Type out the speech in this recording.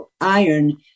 iron